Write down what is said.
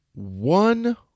One